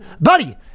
buddy